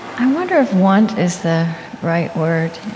i wonder if want is the right word,